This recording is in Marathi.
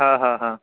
हां हां हां